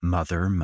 Mother